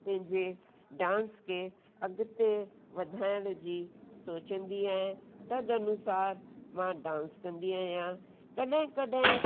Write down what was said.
पंहिंजे डांस खे अॻिते वधाइण जी सोचंदी आहियां तद्द अनुसार मां डांस कंदी आहियां कॾहिं कॾहिं